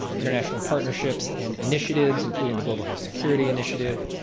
international partnerships and initiatives including the global health security initiative,